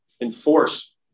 enforce